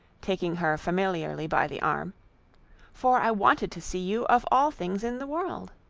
taking her familiarly by the arm for i wanted to see you of all things in the world.